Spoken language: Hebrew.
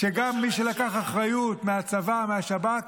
אין לך מילה לומר על הרמטכ"ל, ראש השב"כ,